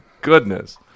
goodness